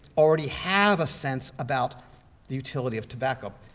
already have a sense about the utility of tobacco,